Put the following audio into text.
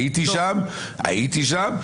הייתי שם.